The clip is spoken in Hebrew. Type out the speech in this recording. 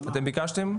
אתם ביקשתם?